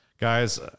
guys